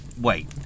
Wait